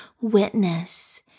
witness